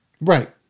right